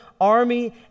army